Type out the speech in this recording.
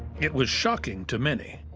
it was shocking to many.